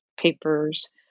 papers